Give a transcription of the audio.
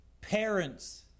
Parents